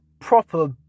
proper